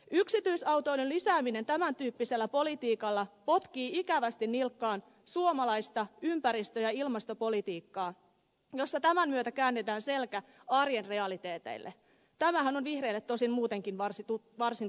yksityisautoilun lisääminen tämän tyyppisellä politiikalla potkii ikävästi nilkkaan suomalaista ympäristö ja ilmastopolitiikkaa jossa tämän myötä käännetään selkä arjen realiteeteille tämähän on vihreille tosin muutenkin varsin tuttu toimintatapa